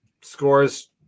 scores